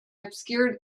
obscured